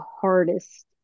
hardest